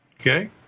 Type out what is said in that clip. Okay